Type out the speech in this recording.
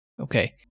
Okay